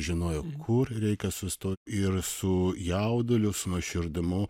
žinojo kur reikia sustoti ir su jauduliu su nuoširdumu